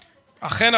אכן,